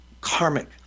karmic